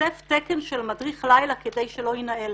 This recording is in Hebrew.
שיתווסף תקן של מדריך לילה כדי שלא יינעל.